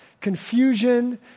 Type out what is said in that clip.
confusion